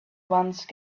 once